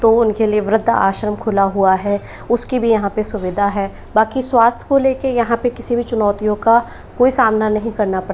तो उनके लिए वृद्धाश्रम खुला हुआ है उसकी भी यहाँ पर सुविधा है बाकी स्वास्थ को लेकर यहाँ पर किसी भी चुनौतियों का कोई सामना नहीं करना पड़ता